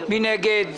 מי נגד?